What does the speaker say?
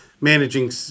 managing